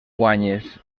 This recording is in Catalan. guanyes